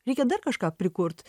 reikia dar kažką prikurt